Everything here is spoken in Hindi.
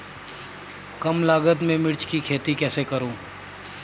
कम लागत में मिर्च की खेती कैसे करूँ?